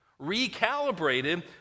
recalibrated